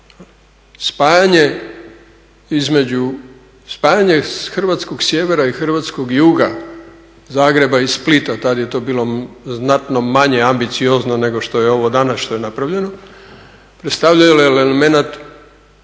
Spajanje hrvatskog sjevera i hrvatskog juga, Zagreba i Splita, tada je to bilo znatno manje ambiciozno nego što je ovo danas što je napravljeno, predstavljalo je elemenat